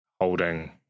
holding